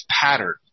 pattern